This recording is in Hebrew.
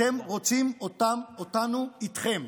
אתם רוצים אותנו איתכם.